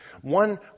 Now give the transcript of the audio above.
One